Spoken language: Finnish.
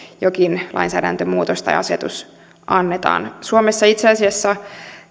jokin lainsäädäntömuutos tai asetus annetaan suomessa itse asiassa